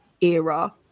era